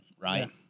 right